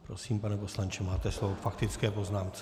Prosím, pane poslanče, máte slovo k faktické poznámce.